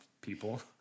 people